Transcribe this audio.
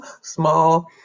small